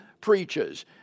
preaches